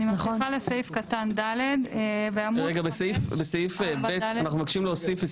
אני ממשיכה לסעיף קטן (ד) --- רגע בסעיף (ב) אנחנו מבקשים להוסיף את